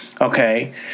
okay